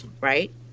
Right